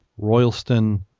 Royalston